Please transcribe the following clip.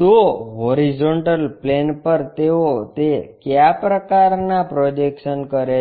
તો horizontal plane પર તેઓ કયા પ્રકારનાં પ્રોજેક્શન કરે છે